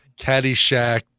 caddyshack